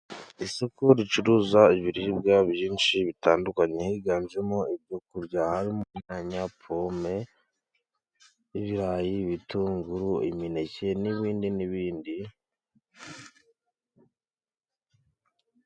Isoko ricuruza ibiribwa byinshi bitandukanye, higanjemo ibyo kurya harimo inyanya ,pome, ibirayi ,ibitunguru, imineke n'ibindi n'ibindi.